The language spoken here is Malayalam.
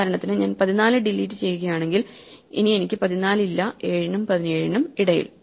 ഉദാഹരണത്തിന് ഞാൻ 14 ഡിലീറ്റ് ചെയ്യുകയാണെങ്കിൽ ഇനി എനിക്ക് 14 ഇല്ല 7 നും 17 നും ഇടയിൽ